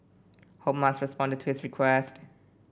hope Musk responded to his request